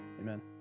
Amen